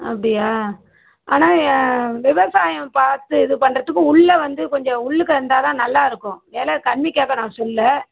அப்படியா ஆனால் விவசாயம் பார்த்து இது பண்ணுறதுக்கு உள்ளே வந்து கொஞ்சம் உள்ளுக்க இருந்தால் தான் நல்லா இருக்கும் வில கம்மிக்காக நான் சொல்லல